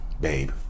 babe